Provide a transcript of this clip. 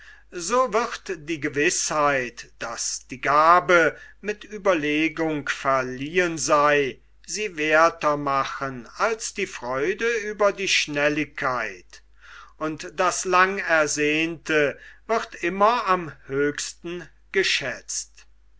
so wird die gewißheit daß die gabe mit ueberlegung verliehen sei sie werther machen als die freude über die schnelligkeit und das lang ersehnte wird immer am höchsten geschätzt